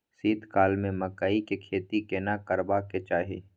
शीत काल में मकई के खेती केना करबा के चाही?